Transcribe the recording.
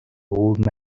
old